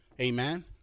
Amen